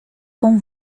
com